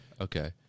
okay